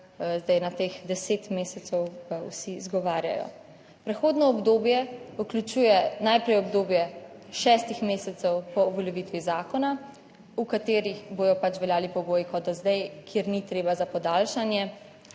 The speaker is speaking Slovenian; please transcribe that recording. na teh deset mesecev vsi izgovarjajo. Prehodno obdobje vključuje najprej obdobje šestih mesecev po uveljavitvi zakona, v katerih bodo pač veljali pogoji kot do zdaj, kjer ni treba za podaljšanje